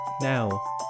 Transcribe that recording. now